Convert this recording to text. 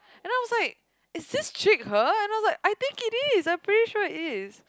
and then I was like is this trick her and then I was like I think it is I'm pretty sure it is